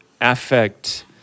affect